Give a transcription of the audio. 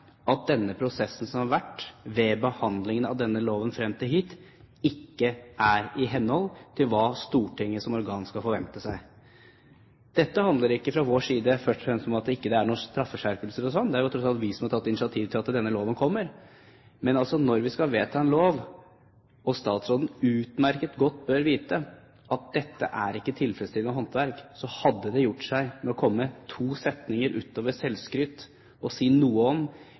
at denne prosessen som har vært ved behandlingen av denne loven frem til nå, ikke er i henhold til hva Stortinget som organ skal forvente seg. Dette handler ikke fra vår side først og fremst om at det ikke er noen straffeskjerpelse, det er jo tross alt vi som har tatt initiativ til at denne loven kommer. Men når vi skal vedta en lov, og statsråden utmerket godt bør vite at dette ikke er tilfredsstillende håndverk, hadde det gjort seg å komme med to setninger utover selvskryt og si noe om